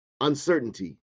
Uncertainty